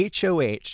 HOH